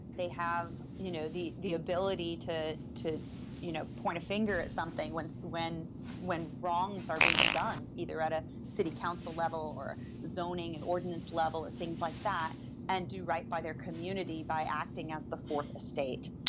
they have you know the the ability to to you know point a finger at something when when wrongs are being done either at a city council level or zoning and ordinance level or things like that and do right by their community by acting as the fourth estate.